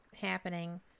happening